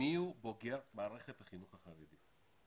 מי הוא בוגר מערכת החינוך החרדית.